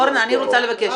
ארנה, אני רוצה לבקש